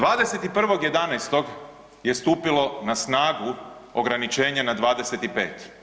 21. 11. je stupilo na snagu ograničenje na 25.